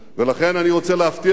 ולכן אני רוצה להבטיח לכם,